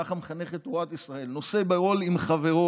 ככה מחנכת תורת ישראל, "נושא בעול עם חברו",